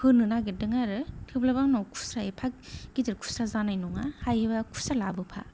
होनो नागिरदों आरो थेवब्लाबो आंनाव खुस्रा एफा गिदिर खुस्रा जानाय नङा हायोबा खुस्रा लाबोफा